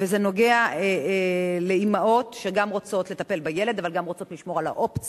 זה נוגע לאמהות שגם רוצות לטפל בילד אבל גם רוצות לשמור על האופציה